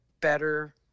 better